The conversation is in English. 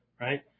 right